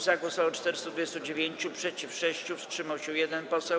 Za głosowało 429, przeciw - 6, wstrzymał się 1 poseł.